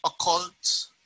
occult